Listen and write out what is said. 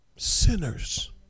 Sinners